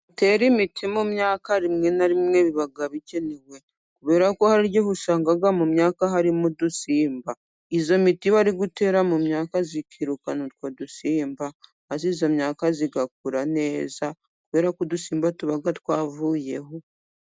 Dutere imiti mu myaka rimwe na rimwe biba bikenewe kubera ko hari igihe usanga mu myakaka harimo udusimba, iyo miti bari gutera mu myaka yikirukana utwo dusimba, maze iyo myaka igakura neza kubera ko udusimba tuba twavuyeho.